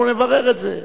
אנחנו נברר את זה.